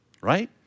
right